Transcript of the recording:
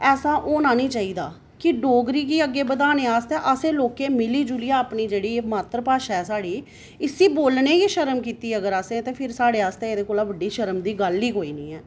ऐसा होना निं चाहिदा की डोगरी गी अग्गै बधाने आस्तै असें लोकें मिली जुलियै अपनी मात्तरभाशा ऐ साढ़ी इसी बोलने गी गै शर्म कीती अगर असें फिर साढ़े आस्तै एह्दा कोला शर्म दी गल्ल ई कोई निं ऐ